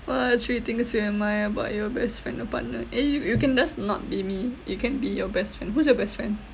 what are three things you admire about your best friend or partner eh you you can let's not be me it can be your best friend who's your best friend